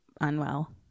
unwell